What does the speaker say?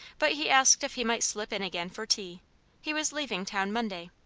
but he asked if he might slip in again for tea he was leaving town monday.